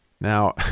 Now